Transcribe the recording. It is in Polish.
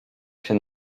się